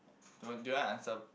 do do your answer